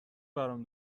برام